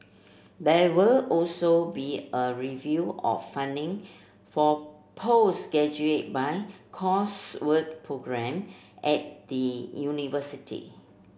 there will also be a review of funding for postgraduate by coursework programme at the university